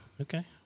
Okay